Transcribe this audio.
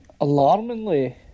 Alarmingly